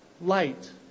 light